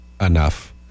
Enough